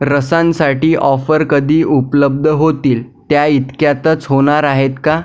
रसांसाठी offer कधी उपलब्ध होतील त्या इतक्यातच होणार आहेत का